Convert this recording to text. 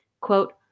Quote